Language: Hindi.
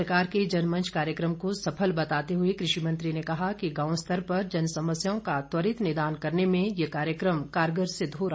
सरकार के जनमंच कार्यक्रम को सफल बताते हुए कृषि मंत्री ने कहा कि गांव स्तर पर जन समस्याओं का त्वरित निदान करने में ये कार्यक्रम कारगर सिद्ध हो रहा है